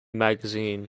magazine